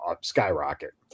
skyrocket